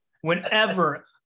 Whenever